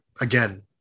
Again